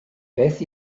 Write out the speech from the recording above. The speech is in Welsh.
beth